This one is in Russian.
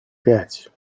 пять